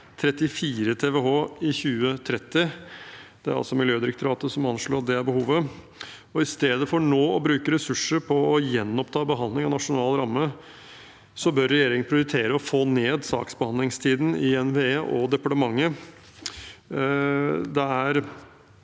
34 TWh i 2030. Det er Miljødirektoratet som har anslått at det er behovet. I stedet for nå å bruke ressurser på å gjenoppta behandling av nasjonal ramme bør regjeringen prioritere å få ned saksbehandlingstiden i NVE og departementet.